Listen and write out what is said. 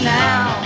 now